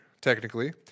technically